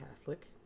Catholic